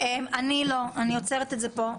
--- אני עוצרת את זה פה.